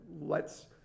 lets